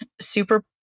super